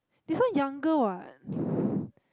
this one younger what